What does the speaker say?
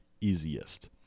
easiest